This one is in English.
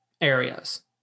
areas